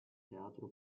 teatro